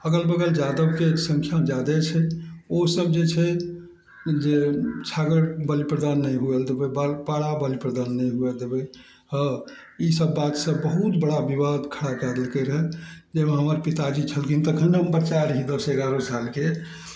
अगल बगल यादवके सङ्ख्या जादे छै ओ सभ जे छै जे छागर बलि प्रदान नहि हुए देबय बाल पारा बलि प्रदान नहि हुए देबय हँ ई सभ बातसँ बहुत बड़ा विवाद खड़ा कए देलकइ रहए जैमे हमर पिताजी छलखिन तखन हम बच्चा रही दस एगारह सालके